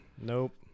nope